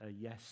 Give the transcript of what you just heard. yes